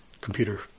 computer